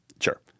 Sure